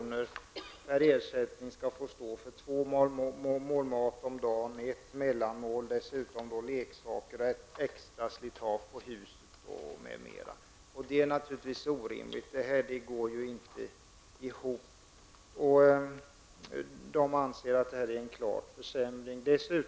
om dagen skall stå för två mål mat och dessutom ett mellanmål, leksaker, extra slitage på huset m.m. Det är naturligtvis orimligt. Det går inte ihop. Familjedagbarnvårdarna anser att det är en klar försämring.